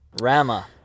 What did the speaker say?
Rama